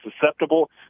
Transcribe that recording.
susceptible